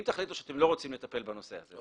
אם תחליטו שאתם לא רוצים לטפל בנושא הזה, אז לא.